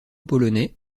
polonais